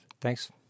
Thanks